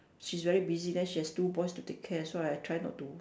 she's very busy then she has two boys to take care so I try not to